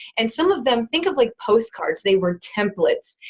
and some of them think of like postcards, they were templates.